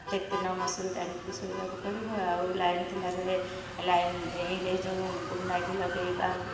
ପ୍ରତ୍ୟେକ ଦିନ ମସୁରୀ ଟାଙ୍ଗିକି ଶୋଇବାକୁ ପଡ଼ିବ ଆଉ ଲାଇନ ଥିଲାବେଳେ ଲାଇନ ଏଇ ଯେଉଁ ଗୁଡ଼ନାଇଟ ଲଗାଇବା